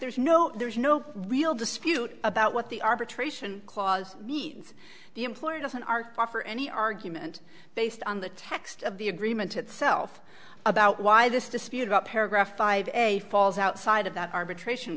there's no there's no real dispute about what the arbitration clause means the employer doesn't offer any argument based on the text of the agreement itself about why this dispute about paragraph five a falls outside of that arbitration